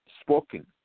spoken